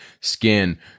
skin